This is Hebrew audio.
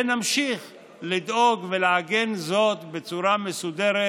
ונמשיך לדאוג ולעגן זאת בצורה מסודרת